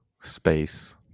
space